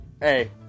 Hey